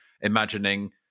imagining